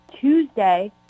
Tuesday